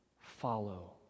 follow